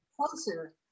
closer